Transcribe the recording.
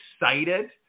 excited